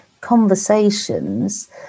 conversations